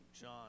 John